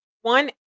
one